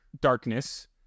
darkness